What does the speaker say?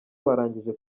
warangije